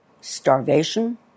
starvation